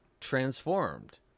transformed